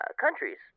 countries